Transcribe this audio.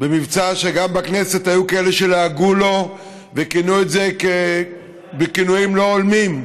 במבצע שגם בכנסת היו כאלה שלעגו לו וכינו את זה בכינויים לא הולמים,